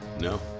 No